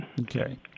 okay